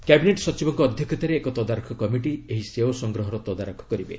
cabinet ସଚିବଙ୍କ ଅଧ୍ୟକ୍ଷତାରେ ଏକ ତଦାରଖ କମିଟି ଏହି ସେଓ ସଂଗ୍ରହର ତଦାରଖ କରିବେ